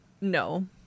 No